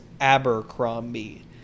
Abercrombie